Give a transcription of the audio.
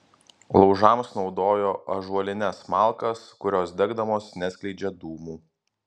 laužams naudojo ąžuolines malkas kurios degdamos neskleidžia dūmų